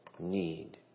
need